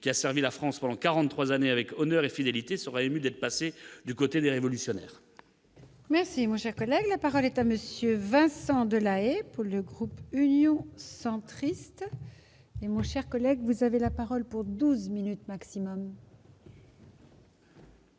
qui a servi la France pendant 43 années avec honneur et fidélité sera ému d'être passé du côté des révolutionnaires. Merci, moi j'ai collecté par l'État Monsieur Vincent Delahaye pour le groupe Union centriste et mon cher collègue, vous avez la parole pour 12 minutes maximum.